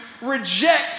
reject